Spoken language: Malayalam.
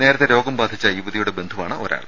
നേരത്തെ രോഗം ബാധിച്ച യുവതിയുടെ ബന്ധുവാണ് ഒരാൾ